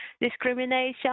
discrimination